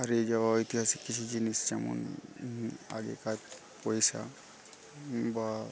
হারিয়ে যাওয়া ঐতিহাসিক কিছু জিনিস যেমন আগেকার পয়সা বা